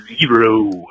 zero